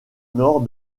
nord